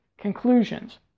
conclusions